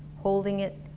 holding it,